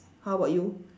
how about you